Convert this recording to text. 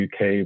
UK